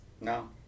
No